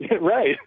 right